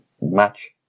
match